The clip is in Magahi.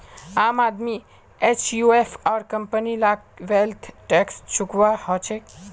आम आदमी एचयूएफ आर कंपनी लाक वैल्थ टैक्स चुकौव्वा हछेक